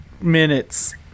minutes